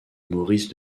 maurice